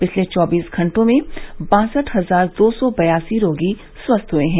पिछले चौबीस घंटों में बासठ हजार दो सौ बयासी रोगी स्वस्थ हुए हैं